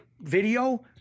Video